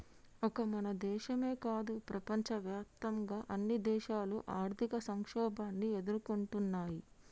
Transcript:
ఒక మన దేశమో కాదు ప్రపంచవ్యాప్తంగా అన్ని దేశాలు ఆర్థిక సంక్షోభాన్ని ఎదుర్కొంటున్నయ్యి